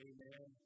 Amen